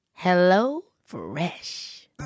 HelloFresh